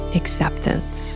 acceptance